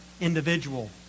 individual